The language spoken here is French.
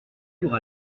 lourds